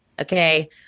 Okay